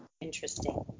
Interesting